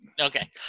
Okay